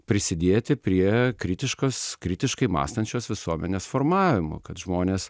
prisidėti prie kritiškos kritiškai mąstančios visuomenės formavimo kad žmonės